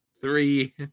Three